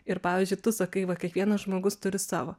ir pavyzdžiui tu sakai va kiekvienas žmogus turi savo